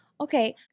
okay